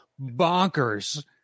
bonkers